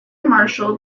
marshall